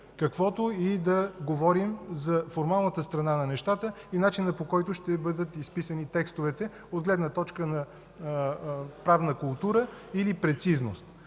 каквото и да говорим за формалната страна на нещата и начина, по който ще бъдат изписани текстовете от гледна точка на правна култура или прецизност.